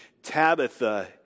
Tabitha